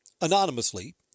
anonymously